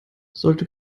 sollte